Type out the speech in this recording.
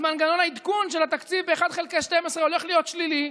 אז מנגנון העדכון של התקציב אחת חלקי 12 הולך להיות שלילי,